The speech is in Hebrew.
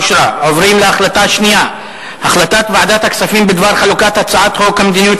הצעת ועדת הכספים בדבר חלוקת הצעת חוק המדיניות